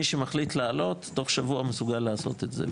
מי שמחליט לעלות, תוך שבוע הוא מסוגל לעשות את זה.